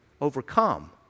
Overcome